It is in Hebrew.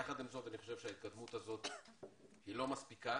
יחד עם זאת, אני חושב שההתקדמות הזו לא מספיקה